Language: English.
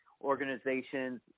organizations